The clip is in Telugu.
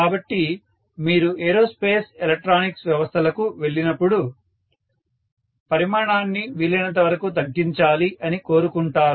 కాబట్టి మీరు ఏరోస్పేస్ ఎలక్ట్రానిక్స్ వ్యవస్థలకు వెళ్లేటప్పుడు పరిమాణాన్ని వీలైనంత వరకు తగ్గించాలి అని కోరుకుంటారు